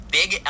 big